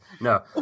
No